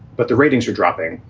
but the ratings are dropping.